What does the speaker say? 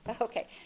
Okay